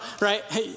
right